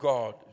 God